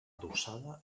adossada